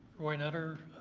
roy nutter,